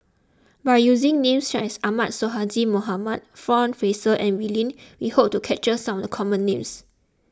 by using names such as Ahmad Sonhadji Mohamad John Fraser and Wee Lin we hope to capture some of the common names